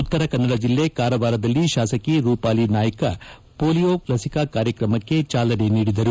ಉತ್ತರ ಕನ್ನಡ ಜಿಲ್ಲೆ ಕಾರವಾರದಲ್ಲಿ ಶಾಸಕಿ ರೂಪಾಲಿ ನಾಯ್ಯ ಪೋಲಿಯೋ ಲಸಿಕಾ ಕಾರ್ಯಕ್ರಮಕ್ಕೆ ಚಾಲನೆ ನೀಡಿದರು